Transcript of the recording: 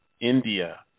India